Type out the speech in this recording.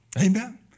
Amen